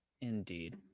Indeed